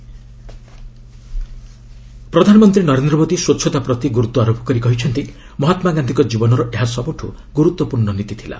PM Gandhi ପ୍ରଧାନମନ୍ତ୍ରୀ ନରେନ୍ଦ୍ର ମୋଦି ସ୍ୱଚ୍ଚତା ପ୍ରତି ଗୁରୁତ୍ୱ ଆରୋପ କରି କହିଛନ୍ତି ମହାତ୍ମାଗାନ୍ଧିଙ୍କ ଜୀବନର ଏହା ସବୁଠୁ ଗୁରୁତ୍ୱପୂର୍ଣ୍ଣ ନୀତି ଥିଲା